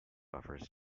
offers